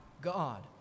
God